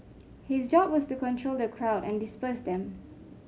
his job was to control the crowd and disperse them